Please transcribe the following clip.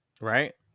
Right